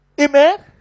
Amen